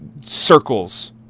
circles